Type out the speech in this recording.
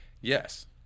Yes